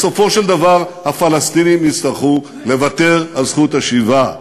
בסופו של דבר הפלסטינים יצטרכו לוותר על זכות השיבה,